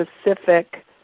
specific